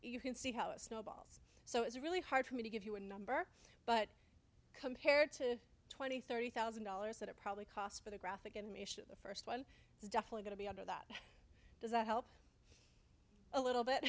you can see how it snowballs so it's really hard for me to give you a number but compared to twenty thirty thousand dollars that it probably cost for the graphic animation the first one is definitely going to be under that does that help a little bit